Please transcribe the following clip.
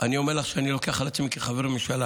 אני אומר לך שאני לוקח על עצמי כחבר ממשלה